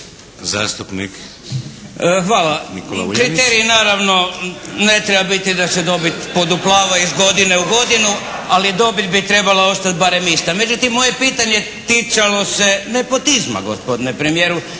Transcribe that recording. Hvala. Kriterij naravno ne treba biti da se dobit poduplava iz godine u godinu, ali dobit bi trebala ostati barem ista. Međutim, moje pitanje ticalo se nepotizma gospodine premijeru.